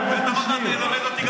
עוד מעט תלמד אותי עברית.